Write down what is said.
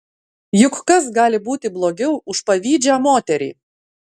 juk kas gali būti blogiau už pavydžią moterį